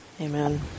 Amen